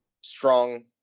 strong